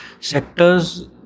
Sectors